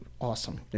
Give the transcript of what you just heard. awesome